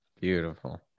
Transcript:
Beautiful